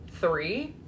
three